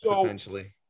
potentially